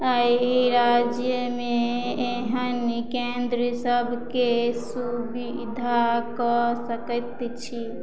राज्यमे एहन केंद्र सबके सुविधा कऽ सकैत छी